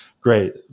great